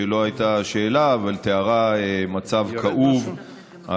שלא הייתה שאלה אבל תיארה מצב כאוב,